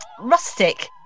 rustic